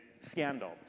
scandal